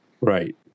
Right